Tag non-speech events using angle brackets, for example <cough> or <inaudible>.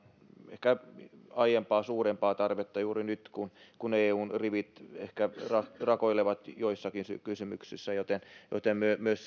ehkä aiempaa suurempaa tarvetta juuri nyt kun kun eun rivit ehkä rakoilevat joissakin kysymyksissä joten joten myös myös <unintelligible>